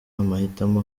amahitamo